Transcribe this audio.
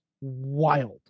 wild